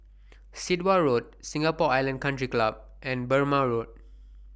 Sit Wah Road Singapore Island Country Club and Burmah Road